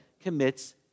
commits